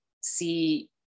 see